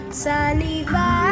saliva